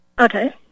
Okay